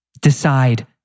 decide